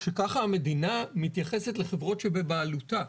שככה המדינה מתייחסת לחברות שבבעלותה,